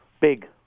Big